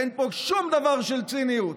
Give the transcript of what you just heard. אין פה שום דבר של ציניות.